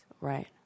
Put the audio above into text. right